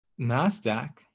NASDAQ